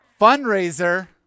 Fundraiser